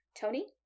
Tony